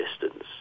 distance